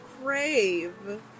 crave